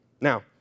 Now